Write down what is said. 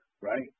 Right